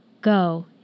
Go